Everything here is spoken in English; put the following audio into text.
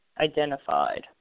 identified